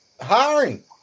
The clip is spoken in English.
hiring